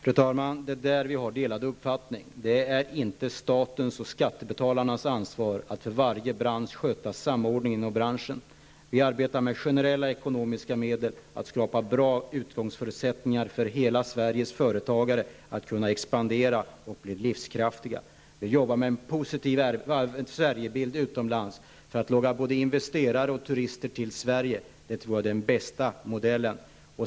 Fru talman! I detta sammanhang har vi delade uppfattningar. Det är inte statens och skattebetalarnas ansvar att för varje bransch sköta samordningen. Vi arbetar med generella ekonomiska medel för att skapa bra förutsättningar för att alla Sveriges företagare skall kunna expandera och bli livskraftiga. Vi jobbar med en positiv Sverigebild utomlands för att locka både investerare och turister till Sverige. Det tror jag är den bästa modellen.